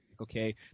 okay